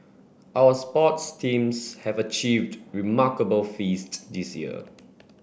our sports teams have achieved remarkable feast this year